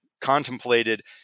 contemplated